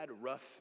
rough